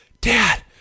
Dad